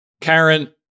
Karen